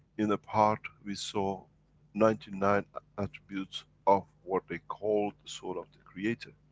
in a part we saw ninety nine attributes of what they call, the soul of the creator.